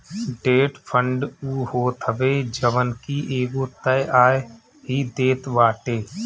debt fund उ होत हवे जवन की एगो तय आय ही देत बाटे